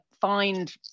find